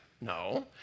No